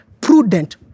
prudent